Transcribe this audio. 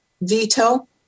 veto